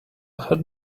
had